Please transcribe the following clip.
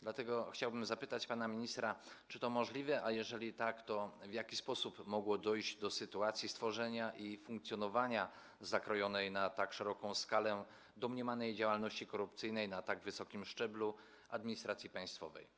Dlatego chciałbym zapytać pana ministra: Czy to możliwe, a jeżeli tak, to w jaki sposób, że mogło dojść do sytuacji stworzenia i funkcjonowania zakrojonej na tak szeroką skalę domniemanej działalności korupcyjnej na tak wysokim szczeblu administracji państwowej?